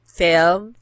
film